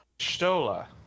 Stola